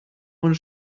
und